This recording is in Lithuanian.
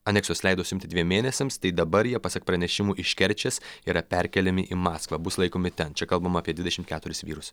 aneksijos leido suimti dviem mėnesiams tai dabar jie pasak pranešimų iš kerčės yra perkeliami į maskvą bus laikomi ten čia kalbama apie dvidešimt keturis vyrus